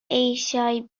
eisiau